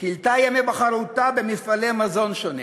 כילתה ימי בחרותה במפעלי מזון שונים.